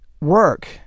work